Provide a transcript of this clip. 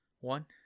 One